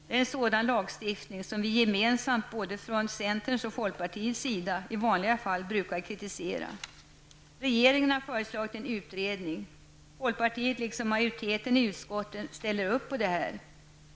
Det är en sådan lagstiftning som vi gemensamt från både centerns och folkpartiets sida i vanliga fall brukar kritisera. Regeringen har föreslagit en utredning -- folkpartiet, liksom majoriteten i utskottet, ställer upp på detta.